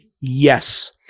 yes